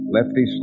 Lefty